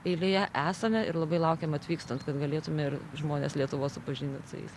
eilėje esame ir labai laukiam atvykstant kad galėtume ir žmones lietuvos supažindint su jais